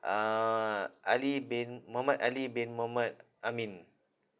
uh ali bin mohammad ali bin mohammad amin